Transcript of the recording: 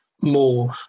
more